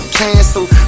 canceled